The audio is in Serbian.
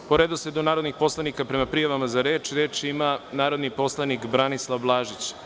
Po redosledu narodnih poslanika, prema prijavama za reč, reč ima narodni poslanik Branislav Blažić.